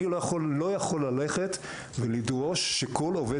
אני לא יכול ללכת ולדרוש שכל עובד